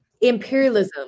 Imperialism